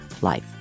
life